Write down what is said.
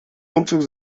umzug